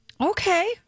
Okay